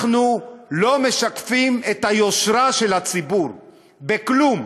אנחנו לא משקפים את היושרה של הציבור בכלום.